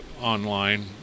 online